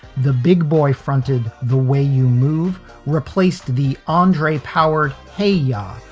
the big boy fronted the way you move replaced the andre powered. hey ya.